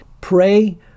pray